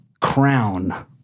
crown